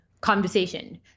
conversation